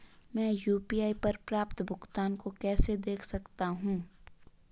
मैं यू.पी.आई पर प्राप्त भुगतान को कैसे देख सकता हूं?